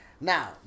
Now